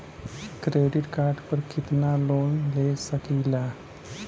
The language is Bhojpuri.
क्रेडिट कार्ड पर कितनालोन ले सकीला?